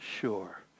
sure